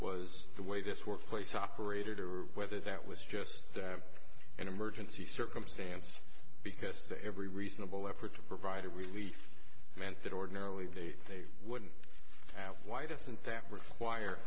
was the way this workplace operated or whether that was just an emergency circumstance because to every reasonable effort to provide relief meant that ordinarily they they wouldn't why doesn't that require